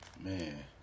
man